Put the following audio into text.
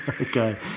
Okay